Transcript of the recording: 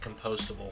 compostable